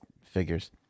figures